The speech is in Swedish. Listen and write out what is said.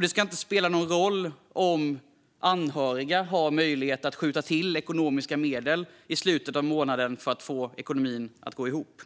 Det ska inte heller spela någon roll om anhöriga har möjlighet att skjuta till ekonomiska medel i slutet av månaden för att ekonomin ska gå ihop.